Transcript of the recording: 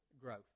growth